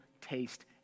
taste